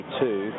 two